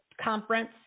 conference